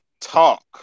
Talk